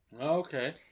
Okay